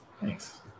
Thanks